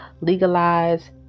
legalize